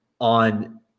on